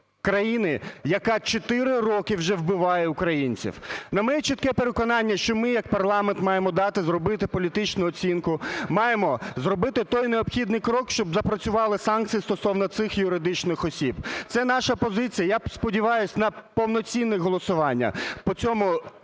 країни, яка 4 роки вже вбиває українців. На моє чітке переконання, що ми як парламент маємо дати зробити політичну оцінку, маємо зробити той необхідний крок, щоб запрацювали санкції стосовно цих юридичних осіб. Це наша позиція. Я сподіваюсь, на повноцінне голосування по цьому,